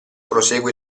prosegue